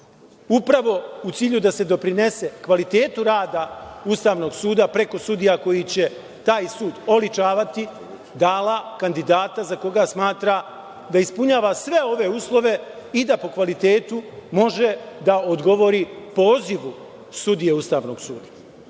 upravo u cilju da se doprinese kvalitetu rada Ustavnog suda preko sudija koji će taj sud oličavati, dala kandidata za koga smatra da ispunjava sve ove uslove i da po kvalitetu može da odgovori pozivu sudija Ustavnog suda.